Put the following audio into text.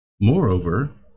Moreover